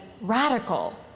radical